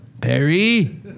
Perry